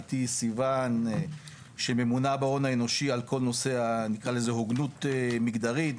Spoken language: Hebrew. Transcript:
איתי סיוון שממונה בהון האנושי על כל נושא ההוגנות המגדרית,